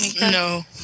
No